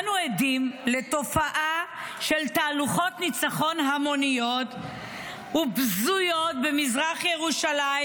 אנו עדים לתופעה של תהלוכות ניצחון המוניות ובזויות במזרח ירושלים,